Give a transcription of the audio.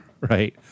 right